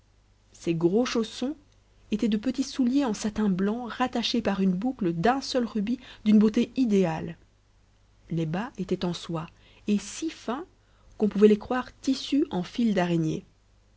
ses gros chaussons étaient de petits souliers en satin blanc rattachés par une boucle d'un seul rubis d'une beauté idéale les bas étaient en soie et si fins qu'on pouvait les croire tissus en fil d'araignée